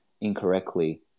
incorrectly